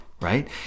right